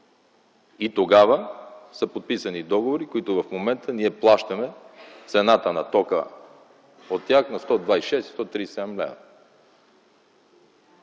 Тогава са подписани договори, в момента ние плащаме цената на тока по тях – 126 и 137 лв.